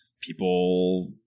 people